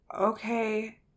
okay